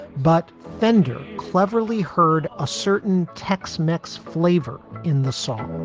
but fender cleverly heard a certain tex-mex flavor in the song.